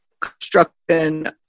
construction